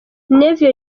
navio